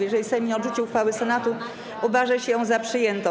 Jeżeli Sejm nie odrzuci uchwały Senatu, uważa się ją za przyjętą.